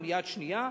או מיד שנייה,